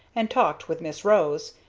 and talked with miss rose,